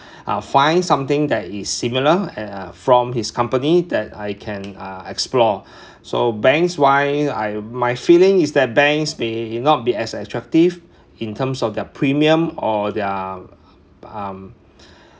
I'll find something that is similar and uh from his company that I can uh explore so banks wise I my feeling is that banks may not be as attractive in terms of their premium or their um